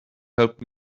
help